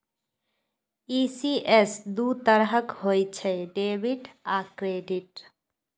ECS दू तरहक होइ छै, डेबिट आ क्रेडिट